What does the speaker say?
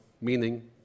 meaning